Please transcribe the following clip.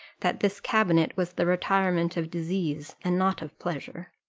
that this cabinet was the retirement of disease, and not of pleasure.